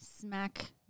smack